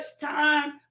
time